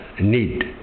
need